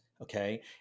okay